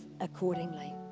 accordingly